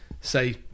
say